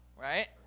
right